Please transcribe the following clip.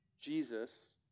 Jesus